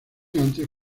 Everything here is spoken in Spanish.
antes